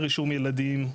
רישום ילדים,